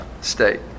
state